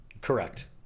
Correct